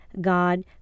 God